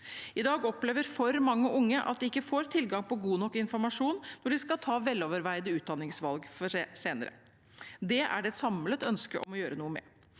I dag opplever for mange unge at de ikke får tilgang på god nok informasjon når de skal ta veloverveide utdanningsvalg senere. Det er det et samlet ønske om å gjøre noe med.